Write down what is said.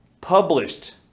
published